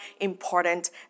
important